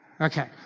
Okay